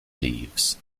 leaves